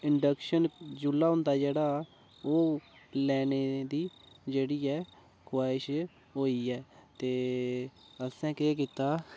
induction चु'ल्ला होंदा जेह्ड़ा ओह् लैने दी जेह्ड़ी ऐ ख्वाहिश होई ऐ ते असें केह् कीता